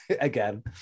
again